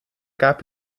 gab